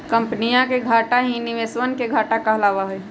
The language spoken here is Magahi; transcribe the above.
कम्पनीया के घाटा ही निवेशवन के घाटा कहलावा हई